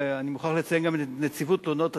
ואני מוכרח לציין גם את נציבות תלונות הציבור,